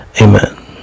Amen